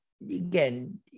again